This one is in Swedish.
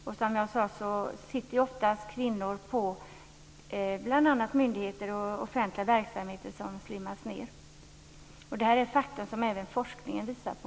Och som jag sade sitter kvinnor oftast på bl.a. myndigheter och i offentliga verksamheter som slimmas ned. Det här är fakta som även forskningen visar på.